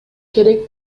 керек